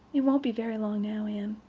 it won't be very long now, anne.